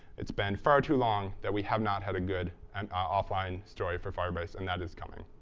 it's been far too long that we have not had a good and offline story for firebase, and that is coming.